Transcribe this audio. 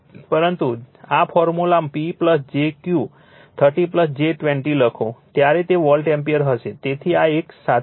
પરંતુ જ્યારે આ ફોર્મમાં P jQ 30 j 20 લખો ત્યારે તે વોલ્ટ એમ્પીયર હશે તેથી આ એક સાથે હશે